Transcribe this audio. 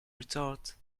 retort